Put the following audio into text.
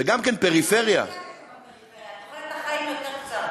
וגם כן פריפריה, בפריפריה תוחלת החיים יותר קצרה.